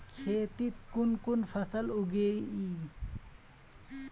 खेतीत कुन कुन फसल उगेई?